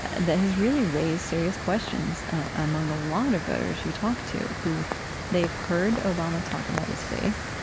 and that has really raised serious questions among a lot of voters you talk to who they've heard obama talk about his faith.